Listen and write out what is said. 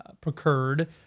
procured